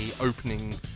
opening